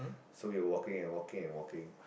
so we are walking and walking and walking